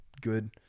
good